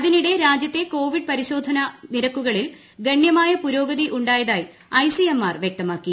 അതിനിടെ രാജ്യത്തെ കോവിഡ് പരിശോധന നിരക്കുകളിൽ ഗണ്യമായ പുരോഗതി ഉണ്ടായതായി ഐസിഎംആർ വ്യക്തമാക്കി